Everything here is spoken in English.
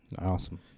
Awesome